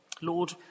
Lord